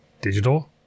Digital